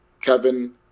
Kevin